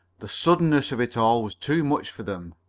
the suddenness of it all was too much for them.